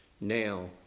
now